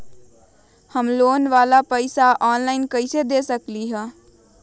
हम लोन वाला पैसा ऑनलाइन कईसे दे सकेलि ह?